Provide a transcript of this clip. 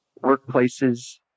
workplaces